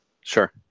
Sure